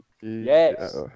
Yes